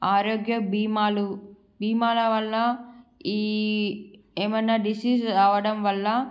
ఆరోగ్య బీమాలు బీమాల వల్ల ఈ ఏమైనా డిసీజ్ రావడం వల్ల